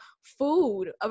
food